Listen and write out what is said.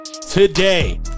Today